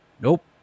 Nope